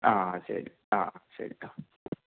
ആ ശരി ആ ശരി സർ